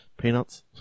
Peanuts